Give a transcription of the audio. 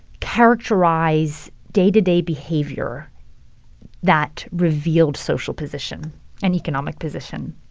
characterize day-to-day behavior that revealed social position and economic position.